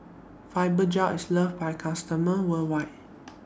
Fibogel IS loved By its customers worldwide